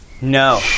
no